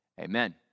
Amen